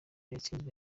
yatsinzwe